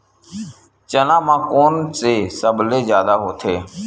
चना म कोन से सबले जादा होथे?